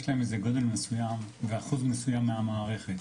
יש להן איזה גודל מסוים ואחוז מסוים מהמערכת.